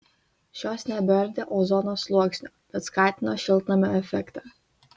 šios nebeardė ozono sluoksnio bet skatino šiltnamio efektą